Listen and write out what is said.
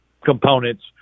components